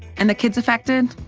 and the kids affected,